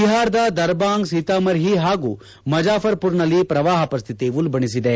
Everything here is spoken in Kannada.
ಬಿಹಾರದ ದರ್ಬಾಂಗ ಸಿತಾಮರ್ಹಿ ಹಾಗೂ ಮುಜಾಫರ್ ಮರ್ನಲ್ಲಿ ಪ್ರವಾಹ ಪರಿಸ್ಥಿತಿ ಉಲ್ಲಣಿಸಿದೆ